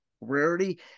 rarity